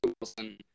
Wilson